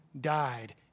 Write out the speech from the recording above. died